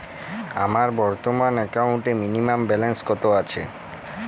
আমার বর্তমান একাউন্টে মিনিমাম ব্যালেন্স কত আছে?